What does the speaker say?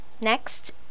Next